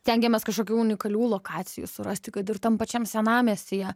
stengiamės kažkokių unikalių lokacijų surasti kad ir tam pačiam senamiestyje